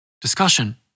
Discussion